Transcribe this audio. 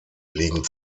liegen